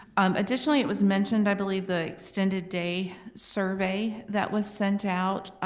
um additionally it was mentioned, i believe, the extended day survey that was sent out.